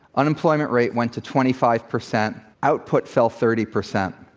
unemployment rate went to twenty five percent, output fell thirty percent.